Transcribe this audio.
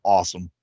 Awesome